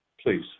Please